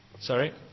Sorry